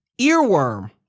Earworm